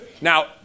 Now